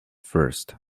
first